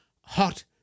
hot